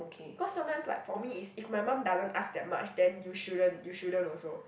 cause sometimes like for me is if my mum doesn't ask that much then you shouldn't you shouldn't also